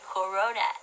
Corona